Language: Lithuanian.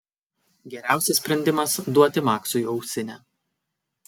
geriausias sprendimas duoti maksui ausinę